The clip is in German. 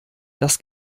das